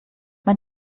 mein